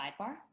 sidebar